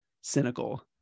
cynical